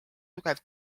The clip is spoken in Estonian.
tugev